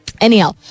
Anyhow